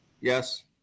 Yes